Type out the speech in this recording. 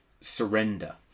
surrender